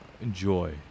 enjoy